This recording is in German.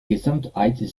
gesamtheit